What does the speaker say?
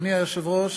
אדוני היושב-ראש,